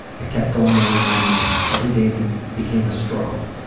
i kept going there in my mind. every day but became a struggle,